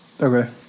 okay